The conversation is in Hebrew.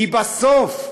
כי בסוף,